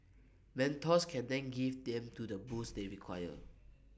mentors can then give them to the boost they require